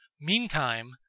Meantime